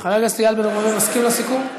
חבר הכנסת איל בן ראובן מסכים לסיכום?